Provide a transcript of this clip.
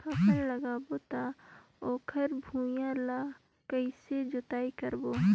फाफण लगाबो ता ओकर भुईं ला कइसे जोताई करबो?